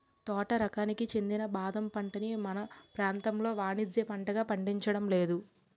తోట రకానికి చెందిన బాదం పంటని మన ప్రాంతంలో వానిజ్య పంటగా పండించడం లేదు